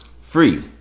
free